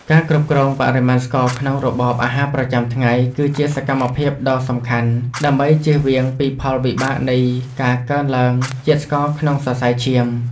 ការគ្រប់គ្រងបរិមាណស្ករក្នុងរបបអាហារប្រចាំថ្ងៃ គឺជាសកម្មភាពដ៏សំខាន់ ដើម្បីជៀសវាងពីផលវិបាកនៃការកើនឡើងជាតិស្ករក្នុងសរសៃឈាម។